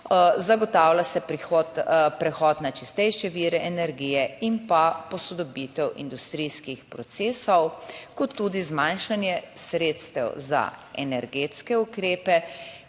Zagotavlja se prehod na čistejše vire energije in pa posodobitev industrijskih procesov kot tudi zmanjšanje sredstev za energetske ukrepe,